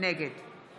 נגד